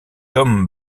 tom